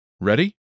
Ready